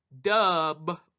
Dub